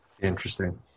Interesting